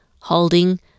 holding